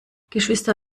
geschwister